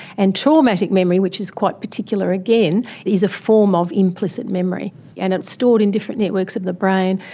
and traumatic memory, which is quite particular again, is a form of implicit memory and it's stored in different networks of the brain,